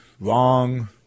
wrong